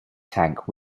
tank